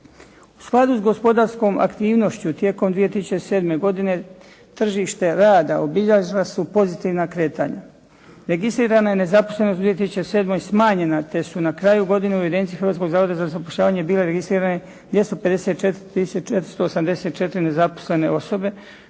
U skladu s gospodarskom aktivnošću tijekom 2007. godine tržište rada obilježila su pozitivna kretanja. Registrirana je nezaposlenost u 2007. smanjena, te su na kraju godine u evidenciji Hrvatskog zavoda za zapošljavanje bile registrirane 254 tisuće 484 nezaposlene osobe,